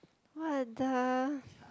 what the